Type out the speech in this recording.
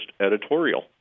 editorial